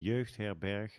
jeugdherberg